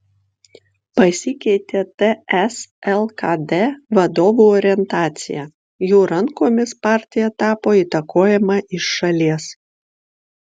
pasikeitė ts lkd vadovų orientacija jų rankomis partija tapo įtakojama iš šalies